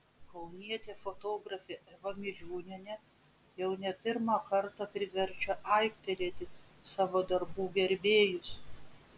kaunietė fotografė eva miliūnienė jau ne pirmą kartą priverčia aiktelėti savo darbų gerbėjus